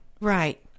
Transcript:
Right